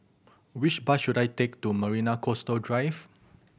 which bus should I take to Marina Coastal Drive